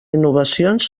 innovacions